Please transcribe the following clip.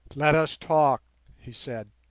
let us talk he said.